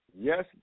Yes